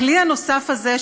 הכלי הנוסף הזה,